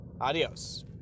Adios